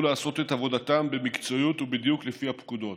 לעשות את עבודתם במקצועיות ובדיוק לפי הפקודות.